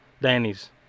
Danny's